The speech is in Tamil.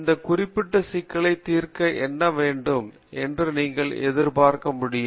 இந்த குறிப்பிட்ட சிக்கலை தீர்க்க என்ன வேண்டும் என்று நீங்கள் எதிர்பார்க்க முடியும்